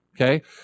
Okay